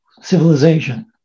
civilization